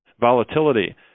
volatility